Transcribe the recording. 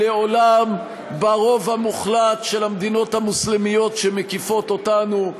לעולם ברוב המוחלט של המדיניות המוסלמיות שמקיפות אותנו.